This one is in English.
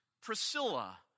Priscilla